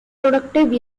productive